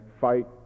fight